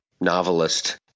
novelist